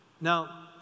Now